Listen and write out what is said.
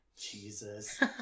Jesus